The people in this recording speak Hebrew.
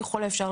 ככול האפשר,